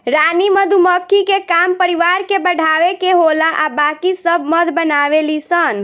रानी मधुमक्खी के काम परिवार के बढ़ावे के होला आ बाकी सब मध बनावे ली सन